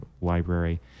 library